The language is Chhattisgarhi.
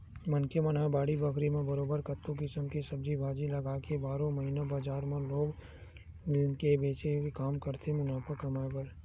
मनखे मन ह बाड़ी बखरी म बरोबर कतको किसम के सब्जी भाजी लगाके बारहो महिना बजार म लेग के बेंचे के काम करथे मुनाफा कमाए बर